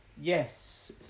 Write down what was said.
Yes